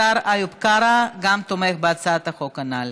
השר איוב קרא גם הוא תומך בהצעת החוק הנ"ל.